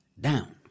down